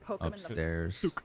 Upstairs